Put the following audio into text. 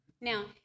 Now